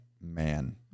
man